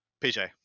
PJ